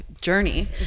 journey